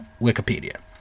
Wikipedia